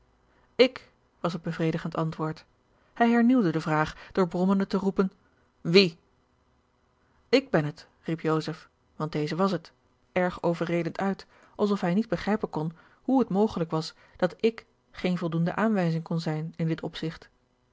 ik was het bevredigend antwoord hij hernieuwde de vraag door brommende te roepen wie ik ben het riep joseph want deze was het erg overredend uit alsof hij niet begrijpen kon hoe het mogelijk was dat ik geene voldoende aanwijzing kon zijn in dit opzigt